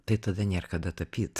tai tada nėr kada tapyt